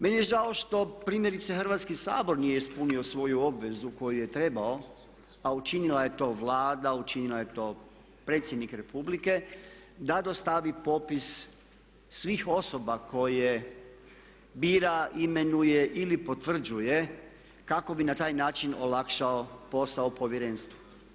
Meni je žao što primjerice Hrvatski sabor nije ispunio svoju obvezu koju je trebao, a učinila je to Vlada, učinio je to Predsjednik Republike da dostavi popis svih osoba koje bira, imenuje ili potvrđuje kako bi na taj način olakšao posao Povjerenstvu.